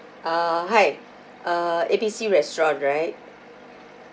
ah hi uh A B C restaurant right